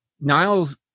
niles